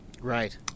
Right